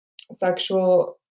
sexual